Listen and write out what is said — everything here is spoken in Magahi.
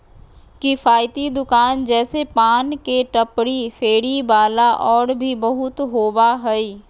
किफ़ायती दुकान जैसे पान के टपरी, फेरी वाला और भी बहुत होबा हइ